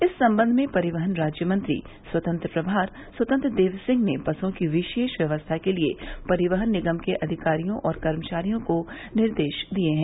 इस संबंध में परिवहन राज्य मंत्री स्वतंत्र प्रभार स्वतंत्र देव सिंह ने बसों की विशेष व्यवस्था के लिये परिवहन निगम के अधिकारियों और कर्मचारियों को निर्देश दिये हैं